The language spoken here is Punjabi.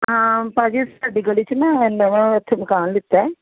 ਹਾਂ ਭਾਅ ਜੀ ਅਸੀਂ ਤੁਹਾਡੀ ਗਲੀ 'ਚ ਨਾ ਨਵਾਂ ਇੱਥੇ ਮਕਾਨ ਲਿੱਤਾ ਹੈ